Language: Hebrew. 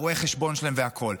רואה החשבון שלהם והכול.